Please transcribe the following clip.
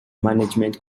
management